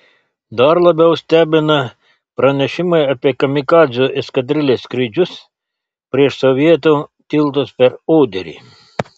dar labiau stebina pranešimai apie kamikadzių eskadrilės skrydžius prieš sovietų tiltus per oderį